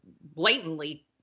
blatantly